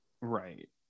Right